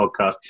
podcast